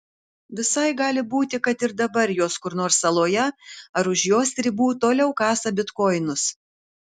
visai gali būti kad ir dabar jos kur nors saloje ar už jos ribų toliau kasa bitkoinus